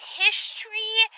history